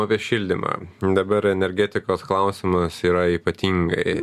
apie šildymą dabar energetikos klausimas yra ypatingai